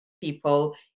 people